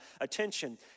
attention